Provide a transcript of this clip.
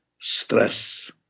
stress